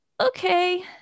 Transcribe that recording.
okay